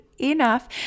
Enough